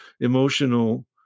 emotional